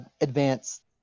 Advanced